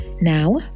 now